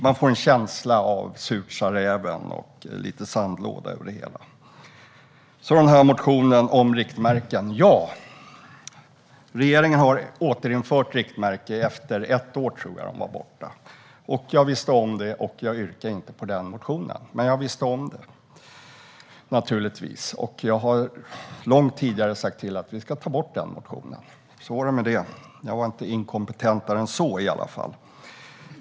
Man får en känsla av "surt sa räven". Det blir lite sandlåda över det hela. Så var det den här motionen om riktmärken. Ja, regeringen har återinfört riktmärken. Jag tror att det var ett år de var borta. Jag visste naturligtvis om det, och jag yrkade inte på den motionen. Jag sa långt tidigare till om att vi skulle ta bort den motionen. Så var det med det. Jag var inte inkompetentare än så i alla fall.